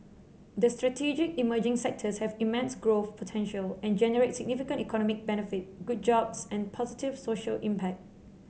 the strategic emerging sectors have immense growth potential and generate significant economic benefit good jobs and positive social impact